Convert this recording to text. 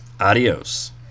Adios